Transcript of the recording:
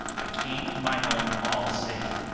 i came to my home all safe.